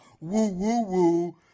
woo-woo-woo